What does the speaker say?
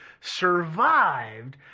survived